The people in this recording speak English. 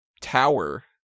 tower